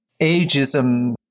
ageism